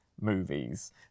movies